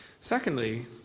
Secondly